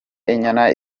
inyana